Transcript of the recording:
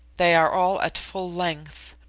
they are all at full length.